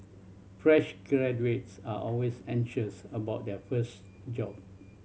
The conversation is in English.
fresh graduates are always anxious about their first job